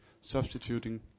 substituting